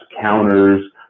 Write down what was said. counters